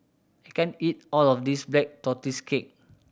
can't eat all of this Black Tortoise Cake